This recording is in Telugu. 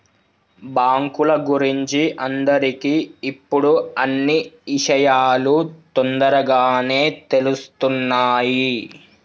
బాంకుల గురించి అందరికి ఇప్పుడు అన్నీ ఇషయాలు తోందరగానే తెలుస్తున్నాయి